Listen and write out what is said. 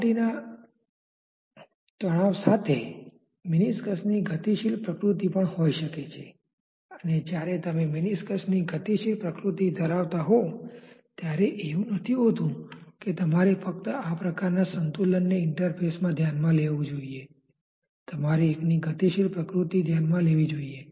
સપાટીના તણાવ સાથે મેનિસ્કસની ગતિશીલ પ્રકૃતિ પણ હોઇ શકે છે અને જ્યારે તમે મેનિસ્કસની ગતિશીલ પ્રકૃતિ ધરાવતા હો ત્યારે એવું નથી હોતું કે તમારે ફક્ત આ પ્રકારનાં સંતુલનને ઇન્ટરફેસમાં ધ્યાનમાં લેવું જોઈએ તમારે એકની ગતિશીલ પ્રકૃતિ ધ્યાનમાં લેવી જોઈએ